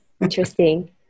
interesting